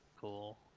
Cool